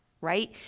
Right